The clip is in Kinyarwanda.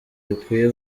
bikwiye